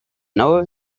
now